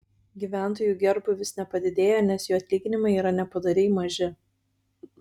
gyventojų gerbūvis nepadidėja nes jų atlyginimai yra nepadoriai maži